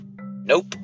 Nope